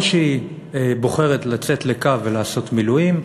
או שהיא בוחרת לצאת לקו ולעשות מילואים,